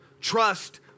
trust